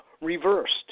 reversed